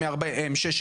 M6,